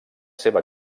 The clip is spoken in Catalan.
seva